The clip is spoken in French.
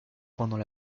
pendant